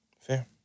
Fair